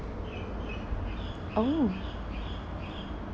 oh